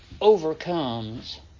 overcomes